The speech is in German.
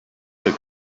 der